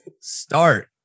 Start